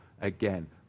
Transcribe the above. again